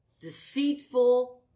deceitful